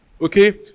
Okay